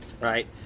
right